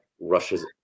Russia's